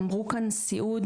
אמרו כאן סיעוד,